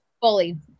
fully